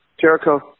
Jericho